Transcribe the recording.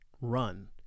run